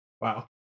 wow